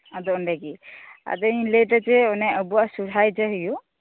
ᱟᱫᱚ ᱚᱸᱰᱮᱜᱤ ᱟᱫᱚᱧ ᱞᱟᱹᱭᱮᱫᱟ ᱡᱮ ᱚᱱᱮ ᱟᱵᱩᱣᱟᱜ ᱥᱚᱦᱚᱨᱟᱭ ᱡᱮ ᱦᱩᱭᱩᱜ